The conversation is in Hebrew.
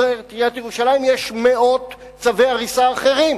אומרת עיריית ירושלים: יש מאות צווי הריסה אחרים,